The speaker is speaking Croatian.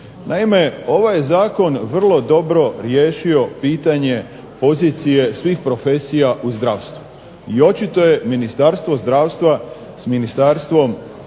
Naime, ovaj je zakon vrlo dobro riješio pitanje pozicije svih profesija u zdravstvu. I očito je Ministarstvo zdravstva s Ministarstvom